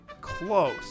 Close